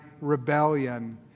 rebellion